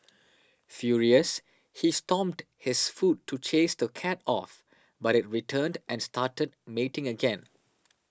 furious he stomped his foot to chase the cat off but it returned and started mating again